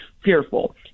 fearful